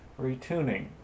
retuning